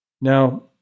Now